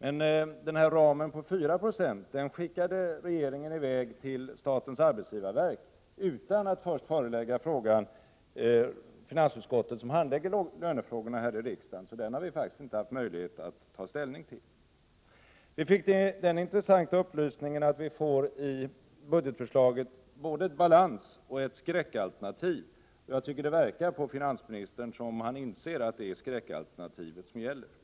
om en ram på 4 96 skickade regeringen i väg till statens arbetsgivarverk utan att först förelägga det för finansutskottet, som handlägger lönefrågorna här i riksdagen. Därför har vi inte haft möjlighet att ta ställning till denna ram. Vi fick den intressanta upplysningen att vi i budgetförslaget får både ett balansoch ett skräckalternativ. Jag tycker att det verkar som om finansministern inser att det är skräckalternativet som gäller.